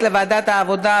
מי בעד?